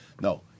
No